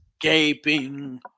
gaping